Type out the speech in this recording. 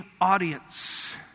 audience